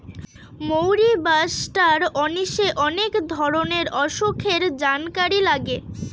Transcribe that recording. মৌরি বা star anise অনেক ধরনের অসুখের জানকারি লাগে